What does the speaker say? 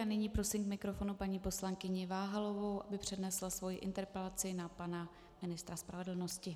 Nyní prosím k mikrofonu paní poslankyni Váhalovou, aby přednesla svoji interpelaci na pana ministra spravedlnosti.